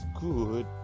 good